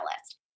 list